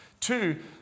Two